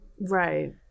right